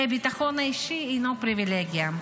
כי הביטחון האישי אינו פריבילגיה,